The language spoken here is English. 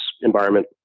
environment